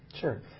Sure